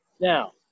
Now